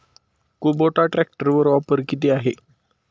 Kubota ट्रॅक्टरवर offer किती आहे?